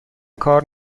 کار